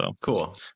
Cool